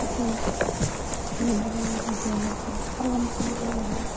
তাতে পানী দিব লাগে তাতে অলপ কলম কৰিব লাগে